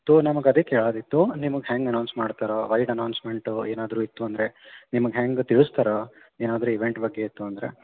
ತೊ ನಮಗೆ ಅದೇ ಕೇಳೋದಿತ್ತು ನಿಮಗೆ ಹೆಂಗೆ ಅನೌನ್ಸ್ ಮಾಡ್ತಾರೆ ವೈಡ್ ಅನೌನ್ಸ್ಮೆಂಟು ಏನಾದರೂ ಇತ್ತು ಅಂದರೆ ನಿಮಗೆ ಹೆಂಗೆ ತಿಳಿಸ್ತಾರೋ ಏನಾದರೂ ಈವೆಂಟ್ ಬಗ್ಗೆ ಇತ್ತು ಅಂದ್ರೆ